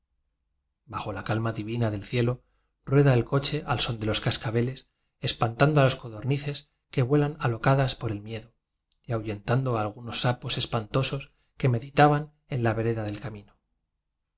bajo la calma divina del cielo rueda el coche al son de los cascabeles espantando a las codornices que vuelan alocadas por el miedo y ahuyentando a algunos sapos espantosos que meditaban en la vereda del camino de